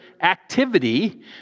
activity